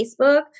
Facebook